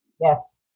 Yes